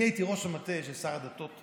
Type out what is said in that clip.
אני הייתי ראש המטה של שר הדתות,